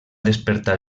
despertar